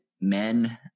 men